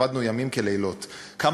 עבדנו לילות כימים,